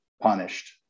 punished